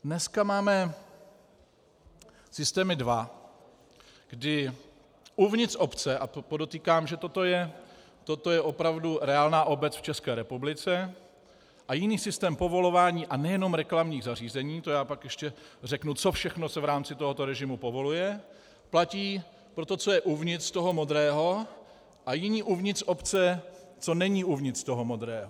Dneska máme systémy dva, kdy uvnitř obce, a podotýkám, že toto je opravdu reálná obec v České republice, a jiný systém povolování a nejenom reklamních zařízení, to pak ještě řeknu, co všechno se v rámci tohoto režimu povoluje, platí pro to, co je uvnitř toho modrého a jiný uvnitř obce, co není uvnitř toho modrého.